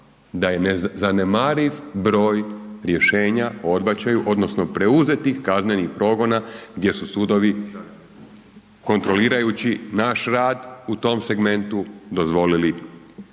da je nezanemariv broj rješenja o odbačaju odnosno preuzetih kaznenih progona gdje su sudovi kontrolirajući naš rad u tom segmentu dozvolili